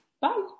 Bye